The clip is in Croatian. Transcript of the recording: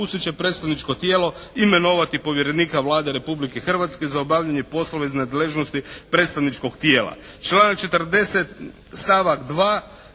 raspustit će predstavničko tijelo i imenovati povjerenika Vlade Republike Hrvatske za obavljanje poslova iz nadležnosti predstavničkog tijela.